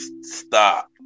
stop